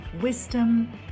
wisdom